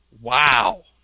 Wow